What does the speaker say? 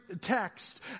text